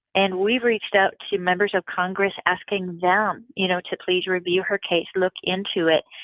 and we've reached out to members of congress, asking them um you know to please review her case, look into it,